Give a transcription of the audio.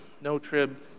no-trib